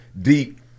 deep